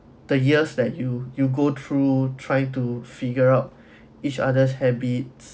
the years that you you go through trying to figure out each other's habits